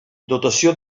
dotació